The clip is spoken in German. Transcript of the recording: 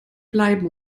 bleiben